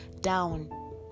down